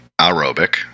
aerobic